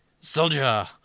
Soldier